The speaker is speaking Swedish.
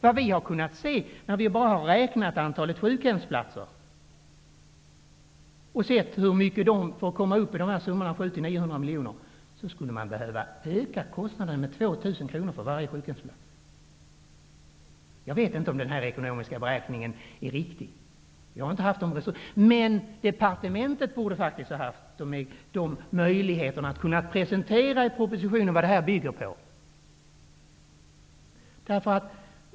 Vad vi kunnat finna när vi räknat antalet sjukhemsplatser är att man skulle behöva öka kostnaden för varje plats med 2 000 kronor för att komma upp till dessa 700 à 900 miljoner kronor. Jag vet inte om den här ekonomiska beräkningen är riktig -- jag har inte haft resurser nog att göra en mer noggrann bedömning. Men departementet borde faktiskt ha haft möjligheter att i propositionen presentera vad beräkningarna bygger på.